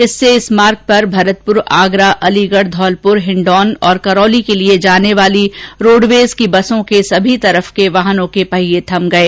इससे इस मार्ग पर भरतपुर आगरा अलीगढ धौलपुर हिंडौन और करौली के लिए जाने वाली रोडवेज की बसों के साथ सभी तरह के वाहनों के पहिए थम गये